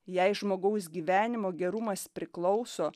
jei žmogaus gyvenimo gerumas priklauso